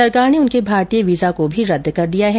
सरकार ने उनके भारतीय वीज़ा को भी रद्द कर दिया है